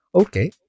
Okay